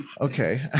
okay